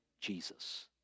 Jesus